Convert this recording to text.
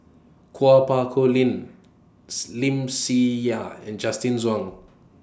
Kuo Pao Kun Lim's Lim See Ya and Justin Zhuang